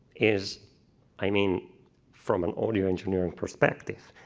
is i mean from an audio engineering perspective,